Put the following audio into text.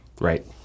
Right